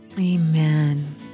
Amen